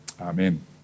Amen